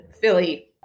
Philly